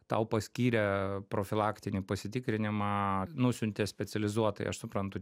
tau paskyrė profilaktinį pasitikrinimą nusiuntė specializuotai aš suprantu